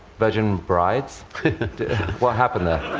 virgin brides what happened there?